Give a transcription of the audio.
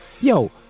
yo